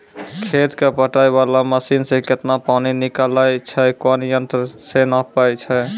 खेत कऽ पटाय वाला मसीन से केतना पानी निकलैय छै कोन यंत्र से नपाय छै